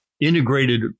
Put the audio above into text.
integrated